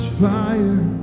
fire